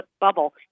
bubble